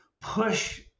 push